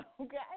okay